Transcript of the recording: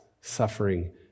suffering